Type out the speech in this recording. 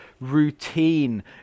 routine